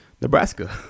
Nebraska